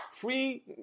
free